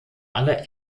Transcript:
alle